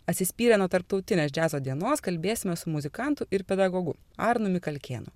atsispyrę nuo tarptautinės džiazo dienos kalbėsime su muzikantu ir pedagogu arnu mikalkėnu